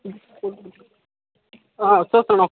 చూస్తాను